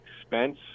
expense